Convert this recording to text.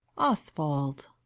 oswald.